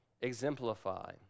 exemplify